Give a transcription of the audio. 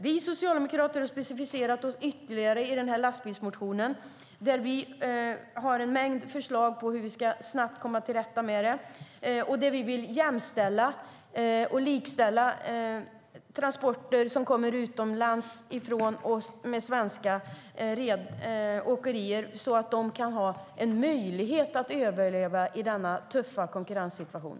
Vi socialdemokrater har specificerat detta ytterligare i vår lastbilsmotion. Där har vi en mängd förslag på hur vi snabbt ska komma till rätta med detta. Vi vill likställa utländska transporter som kommer in i Sverige med transporter som svenska åkerier bedriver så att de svenska åkerierna ska ha en möjlighet att överleva i denna tuffa konkurrenssituation.